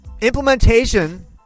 implementation